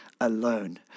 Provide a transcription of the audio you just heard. alone